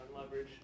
leverage